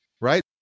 Right